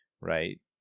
right